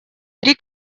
три